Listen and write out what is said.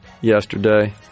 yesterday